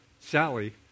Sally